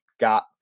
got